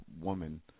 woman